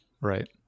Right